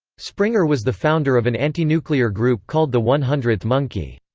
springer was the founder of an anti-nuclear group called the one hundredth monkey.